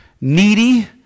needy